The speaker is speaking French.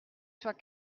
soit